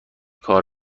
کار